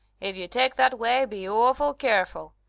if you take that way be awful keerful.